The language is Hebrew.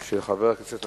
מכוח החלטת בג"ץ